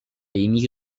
émigré